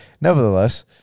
nevertheless